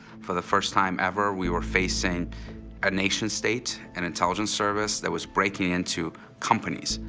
for the first time ever, we were facing a nation-state, an intelligence service, that was breaking into companies,